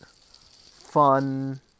fun